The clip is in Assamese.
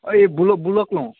এই বুলক বুলক লওঁ